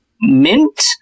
Mint